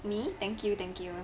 me thank you thank you